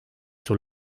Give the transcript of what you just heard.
sul